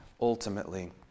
ultimately